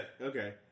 okay